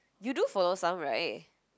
you do follow some right